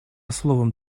словом